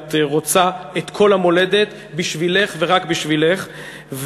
את רוצה את כל המולדת בשבילך ורק בשבילך,